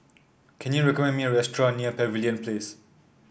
can you recommend me a restaurant near Pavilion Place